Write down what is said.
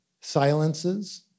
silences